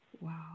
Wow